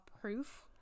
proof